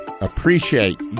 appreciate